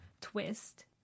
twist